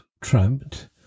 tramped